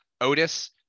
Otis